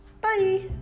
bye